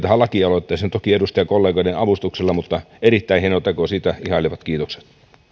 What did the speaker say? tähän lakialoitteeseen toki edustajakollegoiden avustuksella mutta erittäin hieno teko siitä ihailevat kiitokset